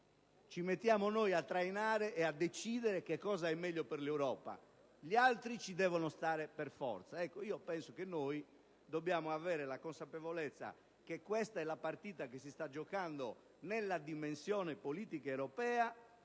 "ci mettiamo noi a trainare e a decidere che cosa è meglio per l'Europa, gli altri ci devono stare per forza". Noi dobbiamo avere la consapevolezza che questa è la partita che si sta giocando nella dimensione politica europea,